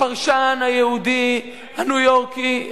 הפרשן היהודי הניו-יורקי,